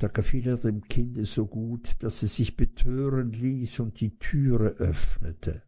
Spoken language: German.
da gefiel er dem kinde so gut daß es sich betören ließ und die türe öffnete